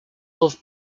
love